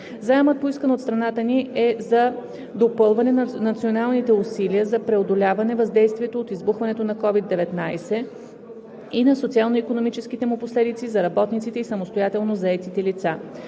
Заемът, поискан от страната ни, е за допълване на националните усилия за преодоляване въздействието от избухването на COVID-19 и на социално икономическите му последици за работниците и самостоятелно заетите лица.